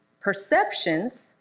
perceptions